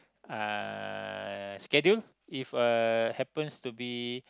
uh schedule if uh happens to be